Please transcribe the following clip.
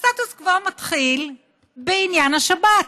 הסטטוס קוו מתחיל בעניין השבת,